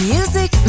Music